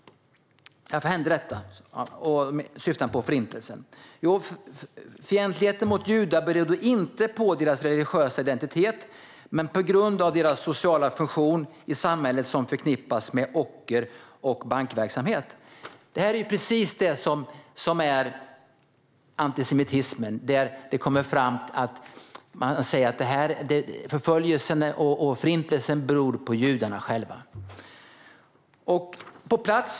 Han syftade då på Förintelsen. Jo, sa han, fientligheten mot judar berodde inte på deras religiösa identitet utan på deras sociala funktion i samhället, som förknippas med ocker och bankverksamhet. Det är precis det här som är antisemitismen. Man säger att förföljelsen och Förintelsen beror på judarna själva.